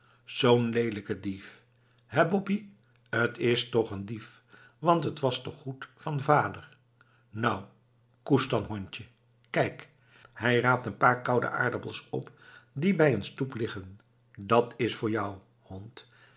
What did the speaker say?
zoo'n leelijke dief hé boppie t is toch een dief want het was toch goed van vader nou koest dan hondje kijk hij raapt een paar koude aardappels op die bij een stoep liggen dat is voor jou hond